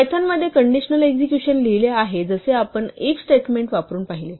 पायथनमध्ये conditional execution लिहिले आहे जसे आपण if स्टेटमेंट वापरून पाहिले